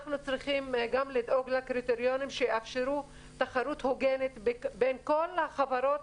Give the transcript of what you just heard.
אנחנו צריכים גם לדאוג לקריטריונים שיאפשרו תחרות הוגנת בין כל החברות